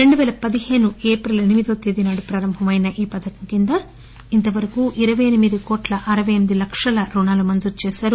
రెండుపేల పదిహేను ఏప్రిల్ ఎనిమిదివ తేదీ నాడు ప్రారంభమైన ఈ పథకం కింద ఇంత వరకూ ఇరవై ఎనిమిది కోట్ల అరపై ఎనిమిది లక్షల రుణాలు మంజురు చేశారు